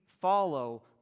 follow